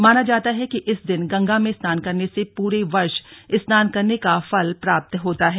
माना जाता है कि इस दिन गंगा में स्नान करने से पूरे वर्ष स्नान करने का फल प्राप्त होता है